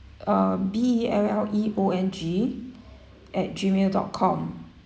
um B E L L E O N G at gmail dot com